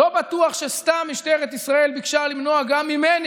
לא בטוח שסתם משטרת ישראל ביקשה למנוע גם ממני,